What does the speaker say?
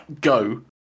go